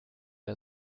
der